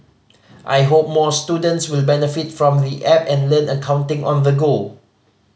I hope more students will benefit from the app and learn accounting on the go